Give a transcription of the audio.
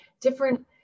different